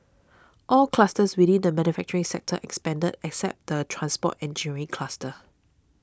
all clusters within the manufacturing sector expanded except the transport engineering cluster